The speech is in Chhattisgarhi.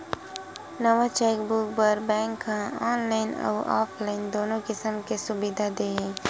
नवा चेकबूक बर बेंक ह ऑनलाईन अउ ऑफलाईन दुनो किसम ले सुबिधा दे हे